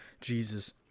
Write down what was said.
Jesus